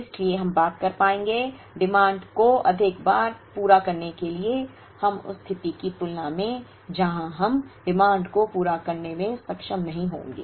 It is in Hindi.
इसलिए हम बात कर पाएंगे मांग को अधिक बार पूरा करने के लिए हम उस स्थिति की तुलना में जहां हम मांग को पूरा करने में सक्षम नहीं होंगे